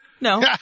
No